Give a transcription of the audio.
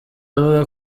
avuga